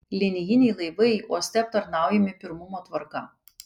linijiniai laivai uoste aptarnaujami pirmumo tvarka